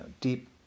deep